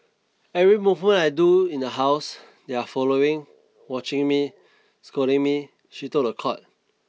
every movement I do in the house they are following watching me scolding me she told the court